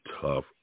tough